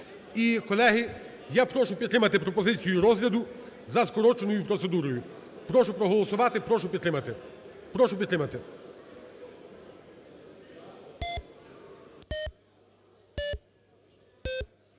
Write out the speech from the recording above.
І, колеги, я прошу підтримати пропозицію розгляду за скороченою процедурою. Прошу проголосувати, прошу підтримати,